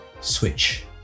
switch